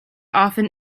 often